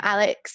Alex